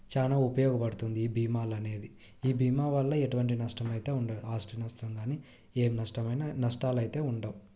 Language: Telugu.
చాలా ఉపయోగపడుతుంది ఈ భీమాలు అనేది ఈ భీమా వల్ల ఎటువంటి నష్టమైతే ఉండదు ఆస్తి నష్టం కానీ ఏం నష్టమైన నష్టాలు అయితే ఉండవు